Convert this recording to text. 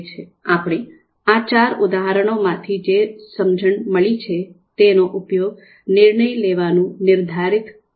આપણે આ ચાર ઉદાહરણો માંથી જે સમજણ મળી છે તેનો ઉપયોગ નિર્ણય લેવાનું નિર્ધારિત કરવા માટે કરી શકીએ છીએ